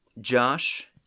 Josh